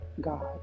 God